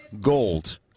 gold